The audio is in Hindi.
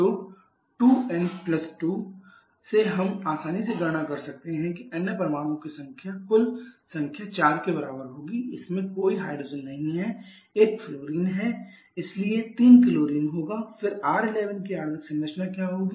तो 2n2 से हम आसानी से गणना कर सकते हैं कि अन्य परमाणुओं की कुल संख्या 4 के बराबर होगी इसमें कोई हाइड्रोजन नहीं है एक फ्लोरीन है इसलिए 3 क्लोरीन होगा फिर R11 की आणविक संरचना क्या होगी